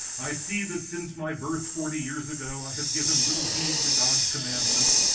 i see that since my birth forty years ago, i have given little heed to god's commandments,